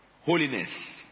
holiness